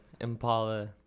Impala